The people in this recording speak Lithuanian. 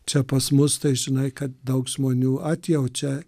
čia pas mus tai žinai kad daug žmonių atjaučia